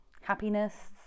happiness